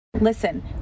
Listen